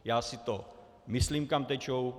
Já si to myslím, kam tečou.